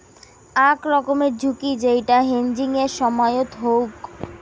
আক রকমের ঝুঁকি যেইটা হেজিংয়ের সময়ত হউক